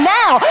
now